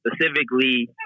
specifically